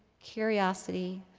curiosity,